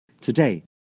Today